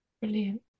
brilliant